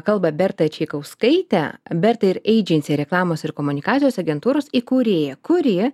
kalba berta čaikauskaitė berta ir eidženci reklamos ir komunikacijos agentūros įkūrėja kuri